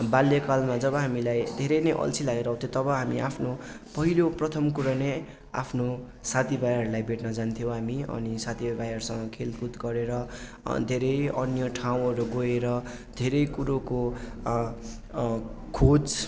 बाल्यकालमा जब हामीलाई धेरै नै अल्छी लागेर आउँथ्यो तब हामी आफ्नो पहिलो प्रथम कुरा नै आफ्नो साथीभाइहरूलाई भेट्न जान्थ्यौँ हामी अनि साथीभाइहरूसँग खेलकुद गरेर धेरै अन्य ठाउँहरू गएर धेरै कुरोको खोज